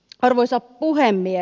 arvoisa puhemies